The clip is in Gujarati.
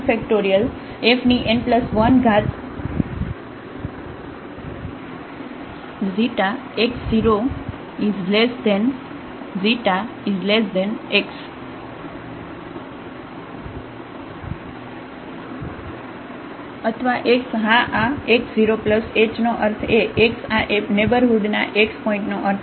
fn1x0ξx તેથી અથવા x હા આ x 0 એચનો અર્થ એ x આ નેઇબરહુડના x પોઇન્ટનો અર્થ છે